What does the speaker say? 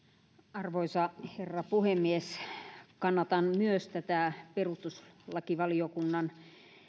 arvoisa herra puhemies kannatan myös tätä perustuslakivaliokunnan